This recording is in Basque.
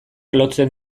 lotzen